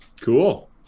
Cool